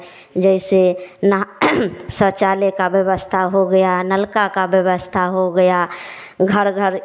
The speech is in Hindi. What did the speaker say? जैसे नहा शौचालय का व्यवस्था हो गया नल का का व्यवस्था हो गया घर घर